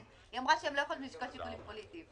אמרה שהם לא יכולים לשקול שיקולים פוליטיים.